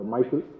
Michael